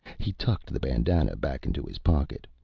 he tucked the bandanna back into his pocket,